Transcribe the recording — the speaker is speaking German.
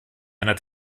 einer